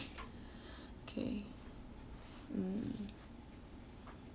okay mm